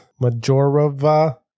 Majorova